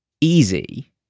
easy